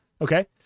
Okay